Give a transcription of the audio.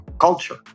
culture